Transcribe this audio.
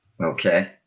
Okay